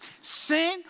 Sin